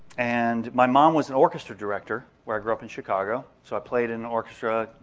and my mom was an orchestra director where i grew up in chicago, so i played in orchestra,